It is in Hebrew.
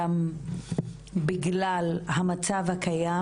גם בגלל המצב הקיים